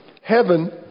heaven